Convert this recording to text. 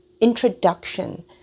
introduction